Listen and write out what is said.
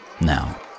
Now